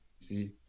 see